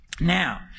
Now